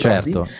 Certo